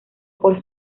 por